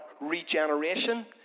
Regeneration